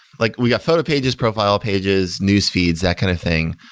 like we got photo pages, profile pages, news feeds that kind of thing,